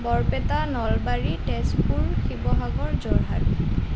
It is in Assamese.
বৰপেটা নলবাৰী তেজপুৰ শিৱসাগৰ যোৰহাট